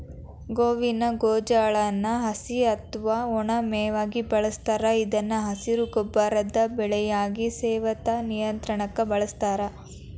ಗೋವಿನ ಜೋಳಾನ ಹಸಿ ಅತ್ವಾ ಒಣ ಮೇವಾಗಿ ಬಳಸ್ತಾರ ಇದನ್ನು ಹಸಿರು ಗೊಬ್ಬರದ ಬೆಳೆಯಾಗಿ, ಸವೆತ ನಿಯಂತ್ರಣಕ್ಕ ಬಳಸ್ತಾರ